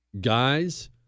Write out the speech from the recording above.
guys